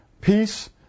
Peace